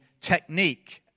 technique